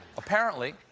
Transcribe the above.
apparently,